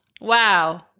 Wow